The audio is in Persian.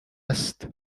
است